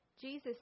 Jesus